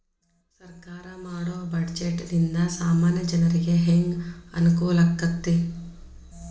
ಸರ್ಕಾರಾ ಮಾಡೊ ಬಡ್ಜೆಟ ನಿಂದಾ ಸಾಮಾನ್ಯ ಜನರಿಗೆ ಹೆಂಗ ಅನುಕೂಲಕ್ಕತಿ?